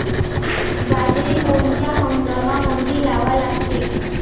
बाजरी कोनच्या हंगामामंदी लावा लागते?